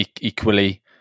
equally